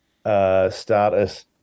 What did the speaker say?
status